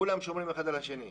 כולם שומרים אחד על השני.